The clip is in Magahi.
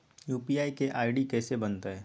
यू.पी.आई के आई.डी कैसे बनतई?